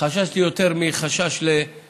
אלא יותר מאי-הסכמה.